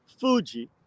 Fuji